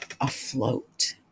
afloat